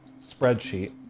spreadsheet